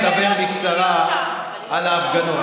לדבר בקצרה על ההפגנות,